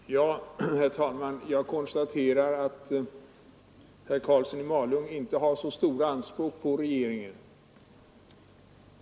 ning m.m. Herr talman! Jag konstaterar att herr Karlsson i Malung inte har så stora anspråk på regeringen.